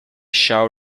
shall